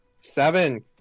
Seven